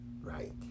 Right